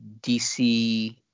DC –